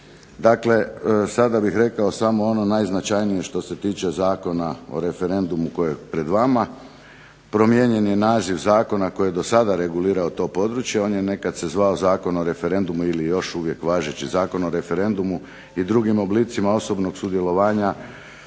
Dakle sada bih rekao samo ono najznačajnije što se tiče Zakona o referendumu koji je pred vama, promijenjen je naziv zakona koji je do sada regulirao to područje, on je nekad se zvao Zakon o referendumu ili još uvijek važeći Zakon o referendumu i drugim oblicima osobnog sudjelovanja